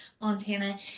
Montana